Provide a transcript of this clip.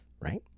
right